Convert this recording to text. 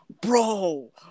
Bro